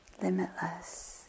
limitless